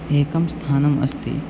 एकं स्थानम् अस्ति